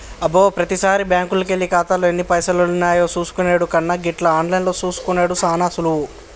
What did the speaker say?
అబ్బో ప్రతిసారి బ్యాంకుకెళ్లి ఖాతాలో ఎన్ని పైసలున్నాయో చూసుకునెడు కన్నా గిట్ల ఆన్లైన్లో చూసుకునెడు సాన సులువు